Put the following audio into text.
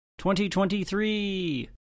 2023